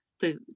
food